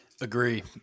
Agree